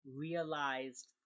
realized